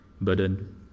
burden